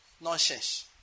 Nonsense